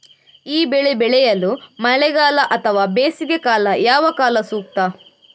ಈ ಬೆಳೆ ಬೆಳೆಯಲು ಮಳೆಗಾಲ ಅಥವಾ ಬೇಸಿಗೆಕಾಲ ಯಾವ ಕಾಲ ಸೂಕ್ತ?